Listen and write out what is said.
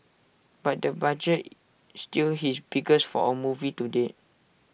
but the budget still his biggest for A movie to date